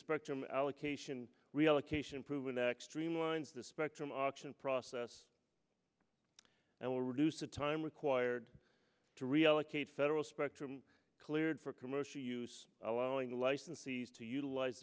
spectrum allocation reallocation proven extreme lines the spectrum auction process and will reduce the time required to reallocate federal spectrum cleared for commercial use allowing licensees to utilize